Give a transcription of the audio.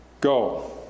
Go